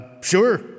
sure